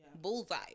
Bullseye